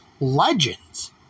legends